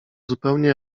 zupełnie